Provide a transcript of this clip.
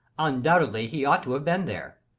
undoubtedly he ought to have been there.